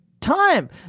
time